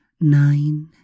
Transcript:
Nine